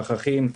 פחחים,